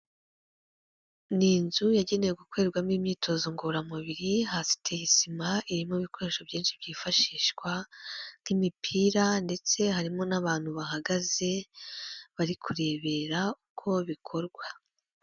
Ni inzu yagenewe gukorerwamo imyitozo ngororamubiri, hasi iteye sima, irimo ibikoresho byinshi byifashishwa nk'imipira ndetse harimo n'abantu bahagaze bari kurebera uko bikorwa.